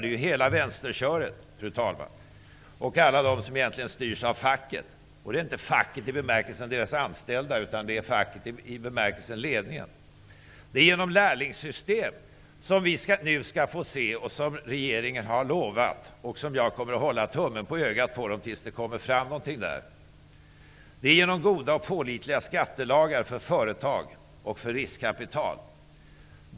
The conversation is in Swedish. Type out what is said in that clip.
Det är hela ''vänsterköret'', fru talman, och alla de som styrs facket -- inte av facket i meningen de anställda utan i bemärkelsen den fackliga ledningen. Det kan också ske genom ett lärlingssystem, något som regeringen har lovat att vi nu skall få se. Jag kommer att hålla tummen i ögat på regeringen tills det kommer fram någonting av detta. Det kan också ske genom goda och pålitliga skattelagar för företag och för riskkapital.